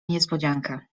niespodziankę